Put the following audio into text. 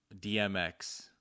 DMX